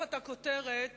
תחת הכותרת